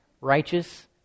righteous